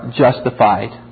justified